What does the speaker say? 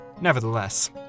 Nevertheless